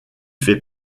fait